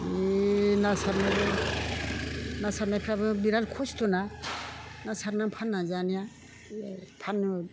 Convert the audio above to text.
जि ना सारनायबो ना सारनायफ्राबो बिराद खस्थ'ना ना सारनो फाननानै जानाया फाननो